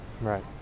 right